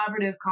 collaborative